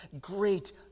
great